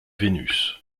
vénus